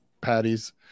patties